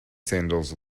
sandals